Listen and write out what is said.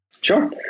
Sure